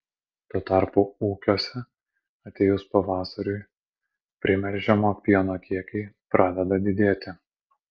tuo tarpu ūkiuose atėjus pavasariui primelžiamo pieno kiekiai pradeda didėti